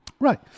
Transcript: Right